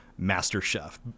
MasterChef